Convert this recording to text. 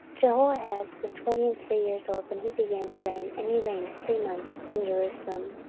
jehoahaz was twenty and three years old when he began to reign, and he reigned three months in jerusalem.